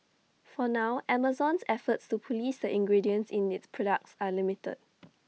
for now Amazon's efforts to Police the ingredients in its products are limited